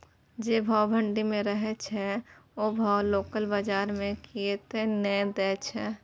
जे भाव मंडी में रहे छै ओ भाव लोकल बजार कीयेक ने दै छै?